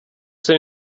soon